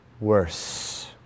Worse